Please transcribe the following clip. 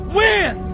win